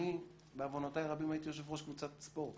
אני בעוונותיי הרבים הייתי יושב ראש קבוצת ספורט,